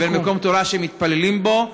לבין מקום תורה שמתפללים בו,